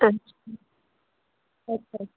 अच्छा